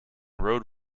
road